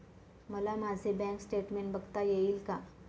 मला माझे bank statement बघता येईल का?